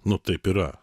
nu taip yra